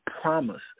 promise